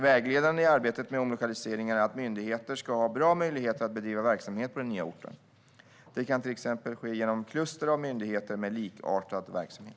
Vägledande i arbetet med omlokaliseringar är att myndigheten ska ha bra möjligheter att bedriva verksamhet på den nya orten. Det kan ske till exempel genom kluster av myndigheter med likartad verksamhet.